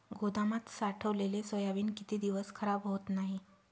गोदामात साठवलेले सोयाबीन किती दिवस खराब होत नाही?